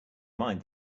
mind